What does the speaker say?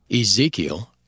Ezekiel